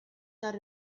got